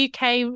UK